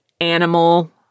animal